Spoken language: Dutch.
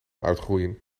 uitgroeien